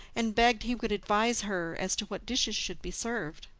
and begged he would advise her as to what dishes should be served.